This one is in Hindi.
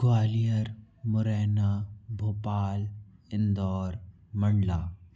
ग्वालियर मोरैना भोपाल इंदौर मंडला